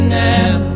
now